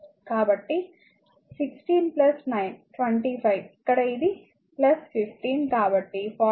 కాబట్టి 16 9 25 ఇక్కడ ఇది 15 కాబట్టి 40 వాట్